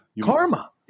Karma